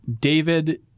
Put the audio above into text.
David